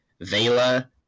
Vela